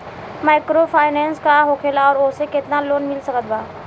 Microfinance का होखेला और ओसे केतना लोन मिल सकत बा?